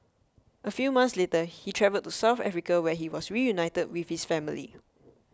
a few months later he travelled to South Africa where he was reunited with his family